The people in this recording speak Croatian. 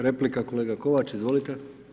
Replika kolega Kovač, izvolite.